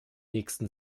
nächsten